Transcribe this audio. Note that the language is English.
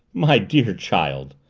my dear child,